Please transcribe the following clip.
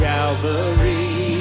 Calvary